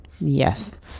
yes